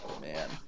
Man